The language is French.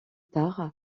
tard